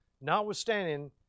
Notwithstanding